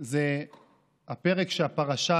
זה הפרק שהפרשה